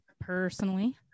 personally